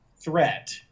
threat